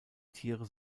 tiere